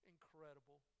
Incredible